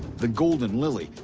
the golden lily,